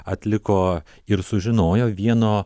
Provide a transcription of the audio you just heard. atliko ir sužinojo vieno